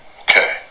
Okay